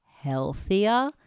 healthier